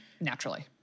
Naturally